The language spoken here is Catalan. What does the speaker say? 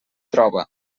troba